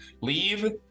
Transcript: Leave